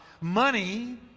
Money